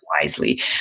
wisely